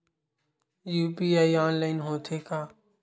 UPI online होथे का?